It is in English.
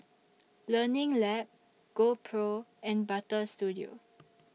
Learning Lab GoPro and Butter Studio